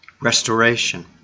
restoration